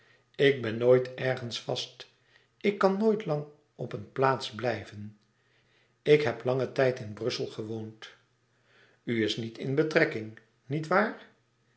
ik ben nooit ergens vast ik kan nooit lang op een plaats blijven ik heb langen tijd in brussel gewoond u is niet in betrekking niet waar